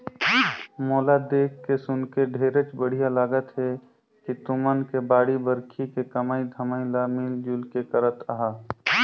मोला देख सुनके ढेरेच बड़िहा लागत हे कि तुमन के बाड़ी बखरी के कमई धमई ल मिल जुल के करत अहा